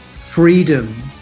freedom